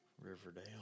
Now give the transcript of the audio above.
Riverdale